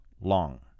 long